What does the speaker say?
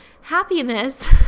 happiness